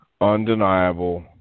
undeniable